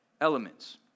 elements